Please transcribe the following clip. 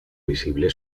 visible